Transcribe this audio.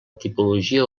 tipologia